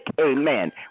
amen